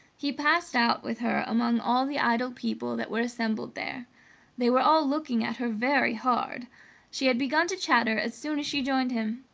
he passed out with her among all the idle people that were assembled there they were all looking at her very hard she had begun to chatter as soon as she joined him.